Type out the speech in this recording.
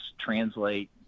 translate –